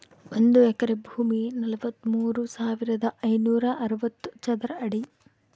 ಒಂದು ಎಕರೆ ಭೂಮಿ ನಲವತ್ಮೂರು ಸಾವಿರದ ಐನೂರ ಅರವತ್ತು ಚದರ ಅಡಿ